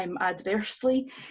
adversely